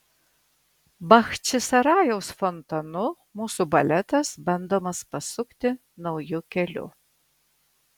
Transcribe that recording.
bachčisarajaus fontanu mūsų baletas bandomas pasukti nauju keliu